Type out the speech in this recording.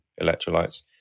electrolytes